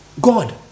God